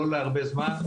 לא להרבה זמן,